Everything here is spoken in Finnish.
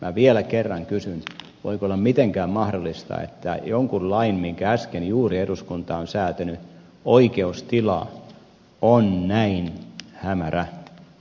minä vielä kerran kysyn voiko olla mitenkään mahdollista että jonkun lain minkä äsken juuri eduskunta on säätänyt oikeustila on näin hämärä